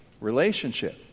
relationship